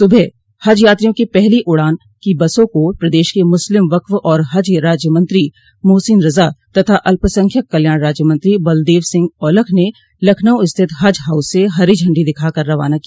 सुबह हज यात्रियों की पहली उड़ान की बसों को प्रदेश के मुस्लिम वक्फ़ और हज राज्य मंत्री मोहसिन रजा तथा अल्पसंख्यक कल्याण राज्य मंत्री बलदेव सिंह औलख न लखनऊ स्थित हज हाउस से हरी झंडी दिखा कर रवाना किया